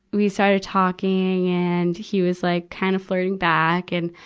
we started talking. and he was like kind of flirting back. and,